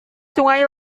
sungai